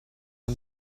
the